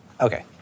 Okay